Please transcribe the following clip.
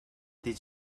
did